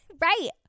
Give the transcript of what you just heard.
Right